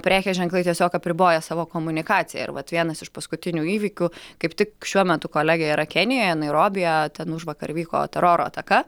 prekės ženklai tiesiog apriboja savo komunikaciją ir vat vienas iš paskutinių įvykių kaip tik šiuo metu kolegė yra kenijoj nairobyje ten užvakar vyko teroro ataka